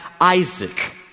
Isaac